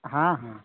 हाँ हाँ